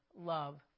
love